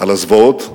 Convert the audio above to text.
על הזוועות,